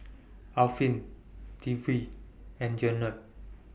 Afiq Dwi and Jenab